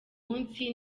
munsi